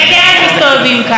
הכול נהדר.